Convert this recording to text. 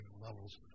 levels